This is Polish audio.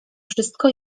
wszystko